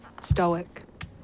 stoic